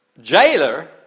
jailer